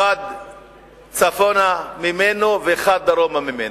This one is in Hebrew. אחד צפונה ממנו ואחד דרומה ממנו,